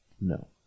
No